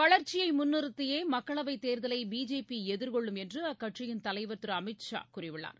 வளர்ச்சியைமுன்நிறுத்தியேமக்களவைத் தேர்தலைபிஜேபிஎதிர்கொள்ளும் என்றுஅக்கட்சியின் தலைவர் திருஅமித் ஷா கூறியுள்ளார்